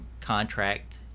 contract